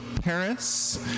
Paris